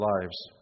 lives